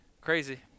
Crazy